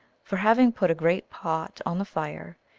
for, having put a great pot on the fire,